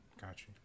Gotcha